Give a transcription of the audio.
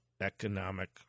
economic